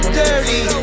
dirty